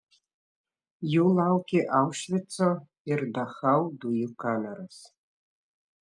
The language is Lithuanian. jų laukė aušvico ir dachau dujų kameros